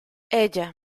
ella